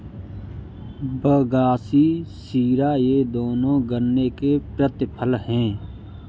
बगासी शीरा ये दोनों गन्ने के प्रतिफल हैं